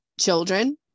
children